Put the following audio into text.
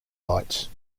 lights